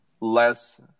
less